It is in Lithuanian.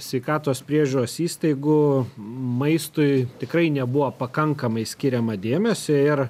sveikatos priežiūros įstaigų maistui tikrai nebuvo pakankamai skiriama dėmesio ir